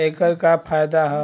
ऐकर का फायदा हव?